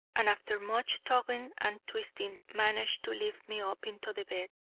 and after much tugging and twisting, managed to lift me up into the bed.